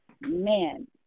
Man